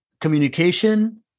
communication